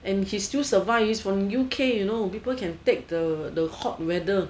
and he still survives from U_K you know people can take the the hot weather